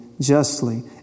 justly